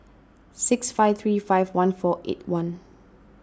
six five three five one four eight one